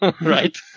Right